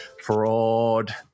Fraud